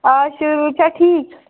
آ شُرۍ وٗرۍ چھا ٹھیٖک